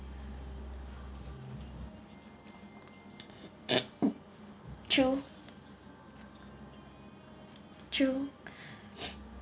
true true